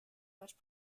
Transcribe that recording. much